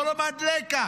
הוא לא למד לקח.